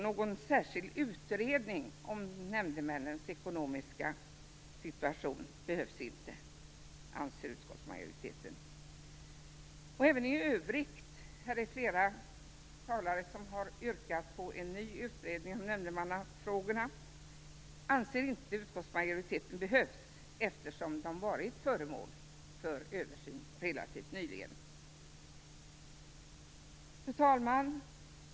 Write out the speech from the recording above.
Någon särskild utredning om nämndemännens ekonomiska situation behövs inte, anser utskottsmajoriteten. Flera talare har yrkat på en ny utredning om nämndemannafrågorna. Det anser inte utskottsmajoriteten behövs, eftersom dessa relativt nyligen varit föremål för översyn. Fru talman!